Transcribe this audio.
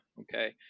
Okay